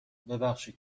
ببخشید